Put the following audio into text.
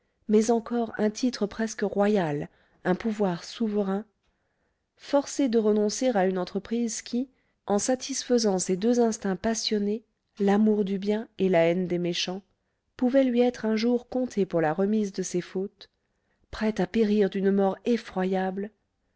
mais encore un titre presque royal un pouvoir souverain forcé de renoncer à une entreprise qui en satisfaisant ses deux instincts passionnés l'amour du bien et la haine des méchants pouvait lui être un jour comptée pour la remise de ses fautes prêt à périr d'une mort effroyable